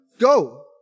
Go